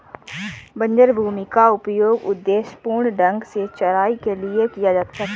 बंजर भूमि का उपयोग उद्देश्यपूर्ण ढंग से चराई के लिए किया जा सकता है